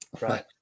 Right